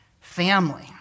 family